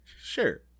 Sure